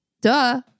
Duh